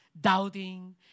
doubting